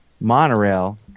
monorail